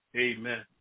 Amen